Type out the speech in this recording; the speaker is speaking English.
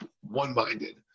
one-minded